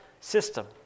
system